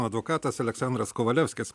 advokatas aleksandras kovalevskis